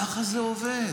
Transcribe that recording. ככה זה עובד.